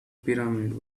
pyramids